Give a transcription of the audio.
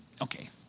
okay